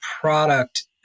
product